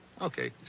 Okay